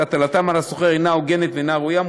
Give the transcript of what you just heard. שהטלתם על השוכר אינה הוגנת ואינה ראויה,